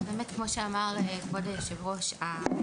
אז כמו שאמר כבוד היושב ראש,